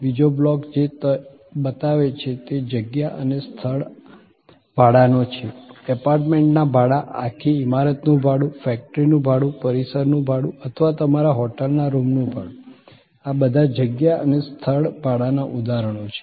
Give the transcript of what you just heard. બીજો બ્લોક જે બતાવે છે તે જગ્યા અને સ્થળ ભાડાનો છે એપાર્ટમેન્ટના ભાડા આખી ઇમારતનું ભાડું ફેક્ટરીનું ભાડું પરિસર નું ભાડું અથવા તમારા હોટલના રૂમનું ભાડું આ બધા જગ્યા અને સ્થળ ભાડાના ઉદાહરણો છે